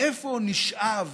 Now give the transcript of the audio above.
מאיפה נשאב